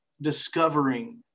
discovering